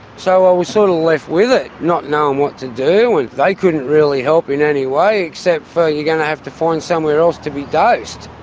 so i was sort of left with it, not knowing what to do. and they couldn't really help in any way except for, you're going to have to find somewhere else to be dosed.